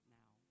now